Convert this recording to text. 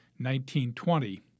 1920